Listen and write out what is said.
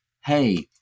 hey